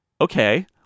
Okay